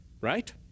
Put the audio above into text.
right